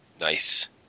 Nice